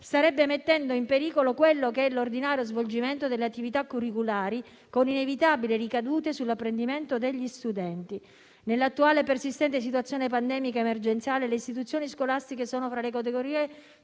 starebbe mettendo in pericolo l'ordinario svolgimento delle attività curriculari, con inevitabili ricadute sull'apprendimento degli studenti. Nell'attuale e persistente situazione pandemica emergenziale, le istituzioni scolastiche sono fra le categorie